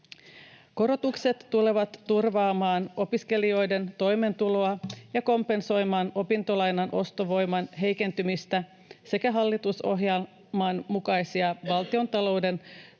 Korotukset tulevat turvaamaan opiskelijoiden toimeentuloa ja kompensoimaan opintolainan ostovoiman heikentymistä sekä hallitusohjelman mukaisia valtiontalouden